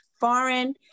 foreign